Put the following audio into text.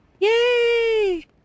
Yay